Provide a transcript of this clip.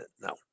No